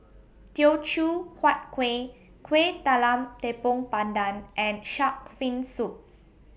Teochew Huat Kueh Kueh Talam Tepong Pandan and Shark's Fin Soup